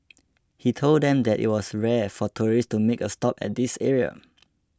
he told them that it was rare for tourists to make a stop at this area